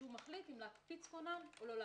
שמחליט אם להקפיץ כונן או לא.